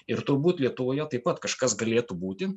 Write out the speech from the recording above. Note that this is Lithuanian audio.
ir turbūt lietuvoje taip pat kažkas galėtų būti